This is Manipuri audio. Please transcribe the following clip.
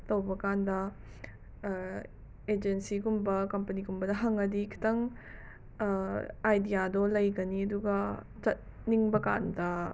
ꯇꯧꯕ ꯀꯥꯟꯗ ꯑꯦꯖꯦꯟꯁꯤꯒꯨꯝꯕ ꯀꯝꯄꯅꯤꯒꯨꯝꯕꯗ ꯍꯪꯉꯗꯤ ꯈꯤꯇꯪ ꯑꯥꯏꯗꯤꯌꯥꯗꯣ ꯂꯩꯒꯅꯤ ꯑꯗꯨꯒ ꯆꯠꯅꯤꯡꯕꯀꯥꯟꯗ